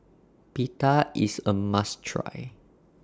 Pita IS A must Try